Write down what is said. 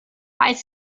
eyes